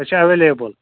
اَچھا ایٚویلیبُل